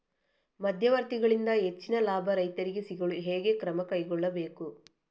ಮಧ್ಯವರ್ತಿಗಳಿಂದ ಹೆಚ್ಚಿನ ಲಾಭ ರೈತರಿಗೆ ಸಿಗಲು ಹೇಗೆ ಕ್ರಮ ಕೈಗೊಳ್ಳಬೇಕು?